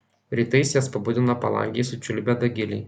rytais jas pabudina palangėj sučiulbę dagiliai